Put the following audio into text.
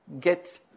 get